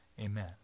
Amen